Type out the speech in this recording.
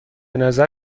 نظر